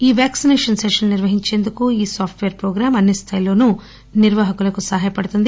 ఈ వ్యాక్సిసేషన్ సెషన్లు నిర్వహించేందుకు ఈ సాప్ట్ వేర్ ప్రోగ్రాం అన్ని స్దాయిల్లోనూ నిర్భాహకులకు సహాయపడుతుంది